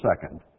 second